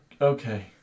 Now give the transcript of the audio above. Okay